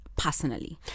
Personally